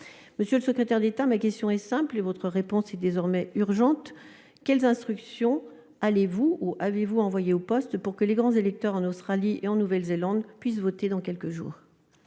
Monsieur le secrétaire d'État, ma question est simple, et votre réponse est désormais urgente : quelles instructions allez-vous envoyer aux postes, si vous ne l'avez déjà fait, pour que les grands électeurs installés en Australie et en Nouvelle-Zélande puissent voter dans quelques jours ?